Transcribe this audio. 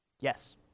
Yes